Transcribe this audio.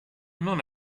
non